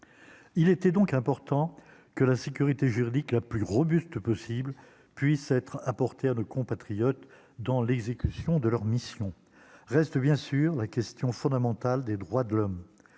il était donc important que la sécurité juridique la plus robuste possible puisse être apportée à nos compatriotes dans l'exécution de leur mission reste bien sûr la question fondamentale des droits de l'homme,